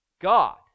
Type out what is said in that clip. God